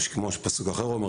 כמו שפסוק אומר,